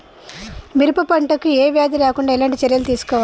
పెరప పంట కు ఏ వ్యాధి రాకుండా ఎలాంటి చర్యలు తీసుకోవాలి?